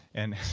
and